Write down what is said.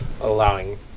allowing